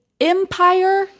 empire